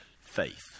Faith